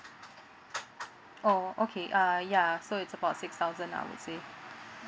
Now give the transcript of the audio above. oh okay uh ya so it's about six thousand lah I'll say